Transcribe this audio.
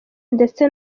ndetse